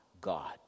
God